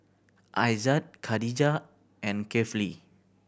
Aizat Khadija and Kefli